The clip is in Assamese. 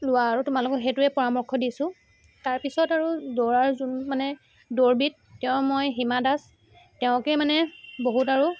লোৱা আৰু তোমালোকক সেইটোৱে পৰামৰ্শ দিছো তাৰপিছত আৰু দৌৰাযোন মানে দৌৰবিদ তেওঁৰ মই হিমা দাস তেওঁকে মানে বহুত আৰু